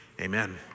amen